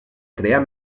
crear